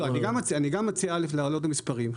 אני גם מציע א' להעלות את המספרים.